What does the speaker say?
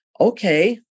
okay